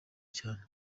cyane